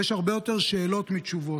ויש הרבה יותר שאלות מתשובות.